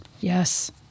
Yes